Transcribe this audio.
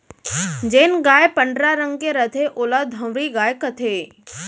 जेन गाय पंडरा रंग के रथे ओला धंवरी गाय कथें